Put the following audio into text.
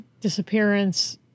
disappearance